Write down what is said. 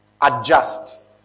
adjust